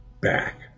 back